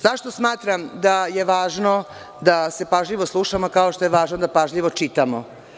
Zašto smatram da je važno da se pažljivo slušalo, kao što je važno da pažljivo čitamo?